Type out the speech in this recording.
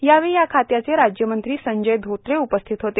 यावेळी या खात्याचे राज्यमंत्री संजय धोत्रे उपस्थित होते